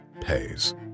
pays